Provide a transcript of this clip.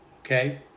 Okay